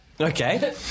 Okay